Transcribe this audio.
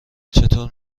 چطور